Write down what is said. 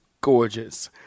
gorgeous